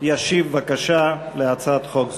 ישיב בבקשה על הצעת חוק זו.